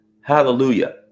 Hallelujah